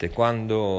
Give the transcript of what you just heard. quando